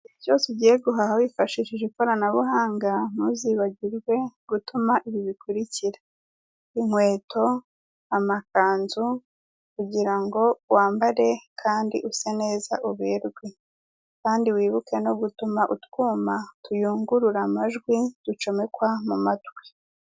Igihe cyose ugiye guhaha wifashishije ikoranabuhanga, ntuzibagirwe gutuma ibi bikurikira; inkweto, amakanzu, kugirango wambare kandi use neza uberwe. Kandi wibuke no gutuma utwuma tuyungurura amajwi ducomekwa mu matwi.